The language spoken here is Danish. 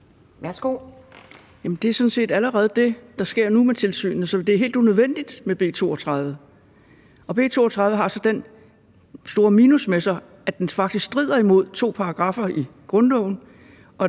set allerede det, der sker nu med tilsynet, så det er helt unødvendigt med B 32. Og B 32 har så det store minus ved sig, at det faktisk strider imod to paragraffer i grundloven